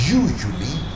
usually